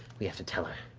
we have to tell her.